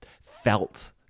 felt